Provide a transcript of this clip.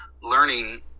learning